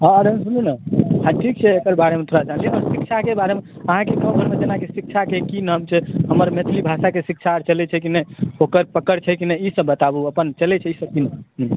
हँ ठीक छै एकर बारेमे थोड़ा शिक्षाके बारेमे अहाँकेँ गाँव घरमे शिक्षाके की केना छै हमर मैथिली भाषाकेँ शिक्षा चलै छै कि नहि ओकर पकड़ छै कि नहि बताबु अपन ईसब चलै छै कि नहि